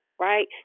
right